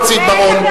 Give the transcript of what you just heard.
נא להוציא את בר-און.